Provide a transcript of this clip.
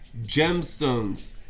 gemstones